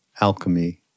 alchemy